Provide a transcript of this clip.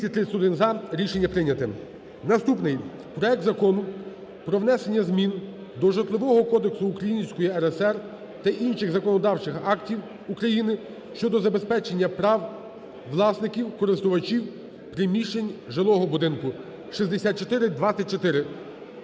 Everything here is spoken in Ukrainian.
Наступний проект Закону про внесення змін до Житлового кодексу Української РСР та інших законодавчих актів України щодо забезпечення прав власників (користувачів) приміщень жилого будинку (6424).